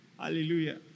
Hallelujah